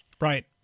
right